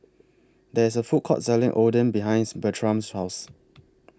There IS A Food Court Selling Oden behind Bertram's House